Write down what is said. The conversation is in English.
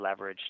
leveraged